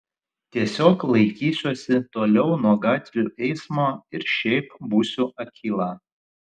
tiesiog laikysiuosi toliau nuo gatvių eismo ir šiaip būsiu akyla